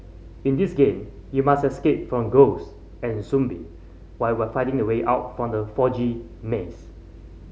in this game you must escape from ghosts and zombie why while finding the way out from the foggy maze